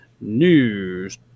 News